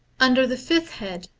under the fifth head,